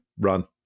run